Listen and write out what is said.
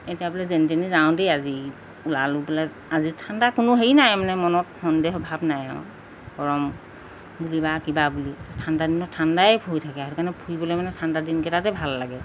এতিয়া বোলে যেনি তেনি যাওঁ দেই আজি ওলালো পেলাই আজি ঠাণ্ডা কোনো হেৰি নাই মানে মনত সন্দেহ অভাৱ নাই আৰু গৰম বুলি কিবা বুলি ঠাণ্ডা দিনত ঠাণ্ডাই ফুৰি থাকে সেইকাৰণে ফুৰিবলৈ মানে ঠাণ্ডা দিনকেইটাতে ভাল লাগে